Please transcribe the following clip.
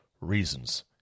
reasons